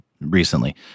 recently